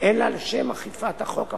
אלא לשם אכיפת החוק הפלילי.